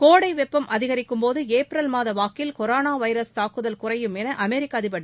கோடை வெப்பம் அதிகரிக்கும்போது ஏப்ரல் மாத வாக்கில் கொரோனா வைரஸ் தாக்குதல் குறையும் என அமெரிக்க அதிபர் திரு